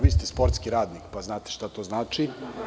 Vi ste sportski radnik pa znate šta to znači.